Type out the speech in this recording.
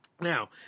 Now